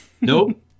Nope